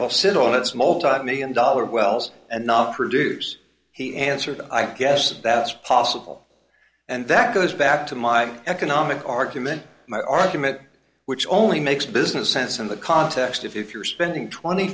all sit on its multimillion dollar wells and not produce he answered i guess that's possible and that goes back to my economic argument my argument which only makes business sense in the context of if you're spending twenty